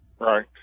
Right